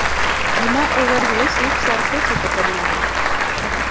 विनओवर हे सूपसारखेच उपकरण आहे